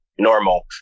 normal